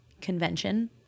convention